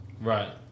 right